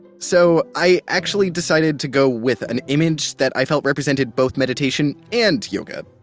so i actually decided to go with an image that i felt represented both meditation and yoga.